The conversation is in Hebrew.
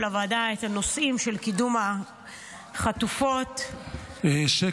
הוועדה את הנושאים של קידום החטופות -- שקט,